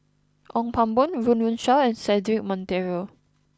Ong Pang Boon Run Run Shaw and Cedric Monteiro